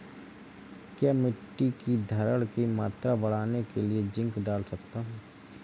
क्या मिट्टी की धरण की मात्रा बढ़ाने के लिए जिंक डाल सकता हूँ?